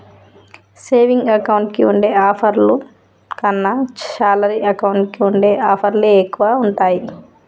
saving account కి ఉండే ఆఫర్ల కన్నా శాలరీ అకౌంట్ కి ఉండే ఆఫర్లే ఎక్కువగా ఉంటాయి